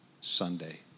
Sunday